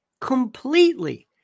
completely